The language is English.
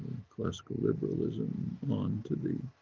classical liberalism on to the